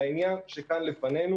לעניין שכאן לפנינו